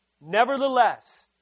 Nevertheless